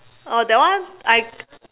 uh that one I